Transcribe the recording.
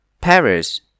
Paris